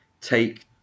take